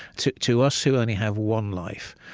to to us who only have one life,